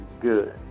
good